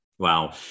Wow